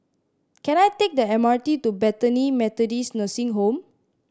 can I take the M R T to Bethany Methodist Nursing Home